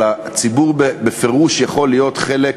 אבל הציבור בפירוש יכול להיות חלק,